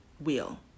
wheel